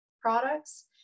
products